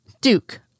Duke